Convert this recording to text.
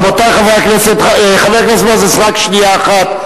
רבותי חברי הכנסת, חבר הכנסת מוזס, רק שנייה אחת.